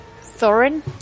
Thorin